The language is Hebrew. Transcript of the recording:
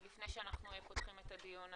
לפני שאנחנו פותחים את הדיון.